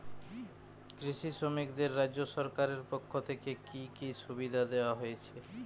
কৃষি শ্রমিকদের রাজ্য সরকারের পক্ষ থেকে কি কি সুবিধা দেওয়া হয়েছে?